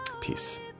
Peace